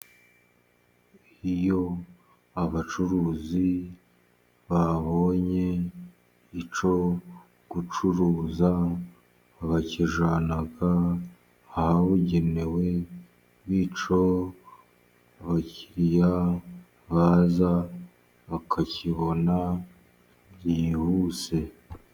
Iyo abacuruzi babonye icyo gucuruza bakijyana ahabugenewe, bityo abakiriya baza bakakibona byihuse.